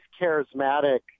charismatic